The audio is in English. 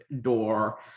door